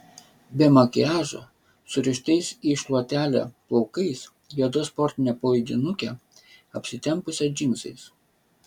be makiažo surištais į šluotelę plaukais juoda sportine palaidinuke apsitempusią džinsais